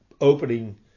opening